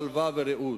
שלווה ורעות.